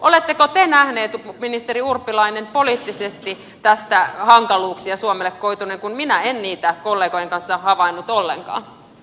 oletteko te nähnyt ministeri urpilainen poliittisesti tästä hankaluuksia suomelle koituneen kun minä en niitä kollegojen kanssa havainnut ollenkaan